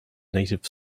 native